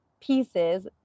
pieces